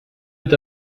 est